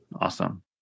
Awesome